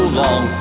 long